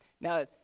Now